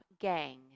gang